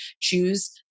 choose